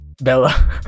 Bella